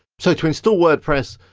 so to instal wordpress,